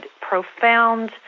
profound